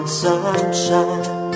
sunshine